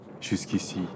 Jusqu'ici